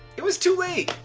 it was too late.